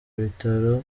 bitaro